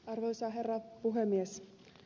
arvoisa herra puhemies